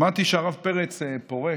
שמעתי שהרב פרץ פורש,